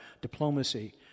diplomacy